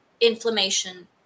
inflammation